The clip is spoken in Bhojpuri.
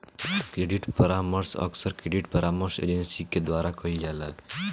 क्रेडिट परामर्श अक्सर क्रेडिट परामर्श एजेंसी के द्वारा कईल जाला